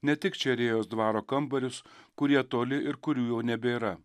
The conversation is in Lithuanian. ne tik čerėjos dvaro kambarius kurie toli ir kurių jau nebėra